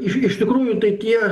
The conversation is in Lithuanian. iš iš tikrųjų tai tie